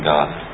God